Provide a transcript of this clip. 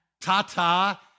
tata